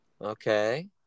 Okay